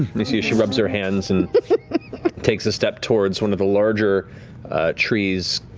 you see she rubs her hands, and takes a step towards one of the larger trees,